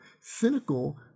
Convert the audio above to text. Cynical